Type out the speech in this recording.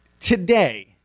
today